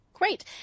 Great